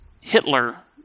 Hitler